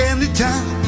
Anytime